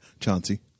Chauncey